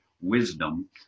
wisdom